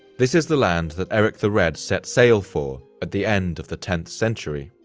this is the land that erik the red set sail for at the end of the tenth century.